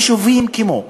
ליישובים כמו אכסאל,